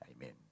Amen